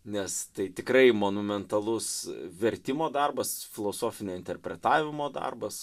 nes tai tikrai monumentalus vertimo darbas filosofinio interpretavimo darbas